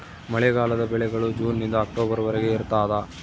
ಮಳೆಗಾಲದ ಬೆಳೆಗಳು ಜೂನ್ ನಿಂದ ಅಕ್ಟೊಬರ್ ವರೆಗೆ ಇರ್ತಾದ